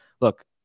Look